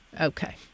Okay